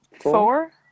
four